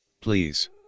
Please